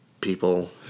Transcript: people